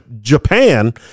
Japan